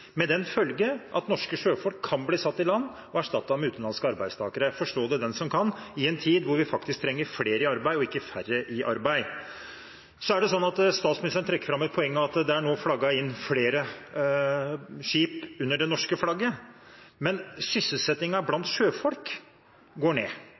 med den følge at norske sjøfolk kan bli satt i land og erstattet med utenlandske arbeidstakere. Forstå det den som kan i en tid hvor vi faktisk trenger flere i arbeid og ikke færre. Statsministeren trekker fram et poeng om at det nå er flagget inn flere skip under det norske flagget, men sysselsettingen blant sjøfolk går ned.